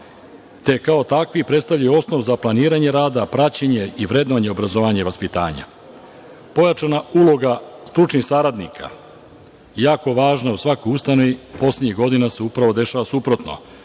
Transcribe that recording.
Kao takvi predstavljaju osnov za planiranje rada, praćenje i vrednovanje obrazovanja i vaspitanja. Pojačana uloga stručnih saradnika je jako važna u svakom ustanovi, poslednjih godina se dešava upravo suprotno.